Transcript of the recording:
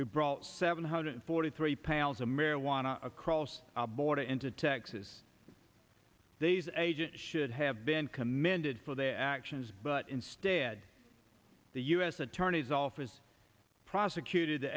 who brought seven hundred forty three pounds of marijuana across the border into texas days agent should have been commended for their actions but instead the u s attorney's office prosecuted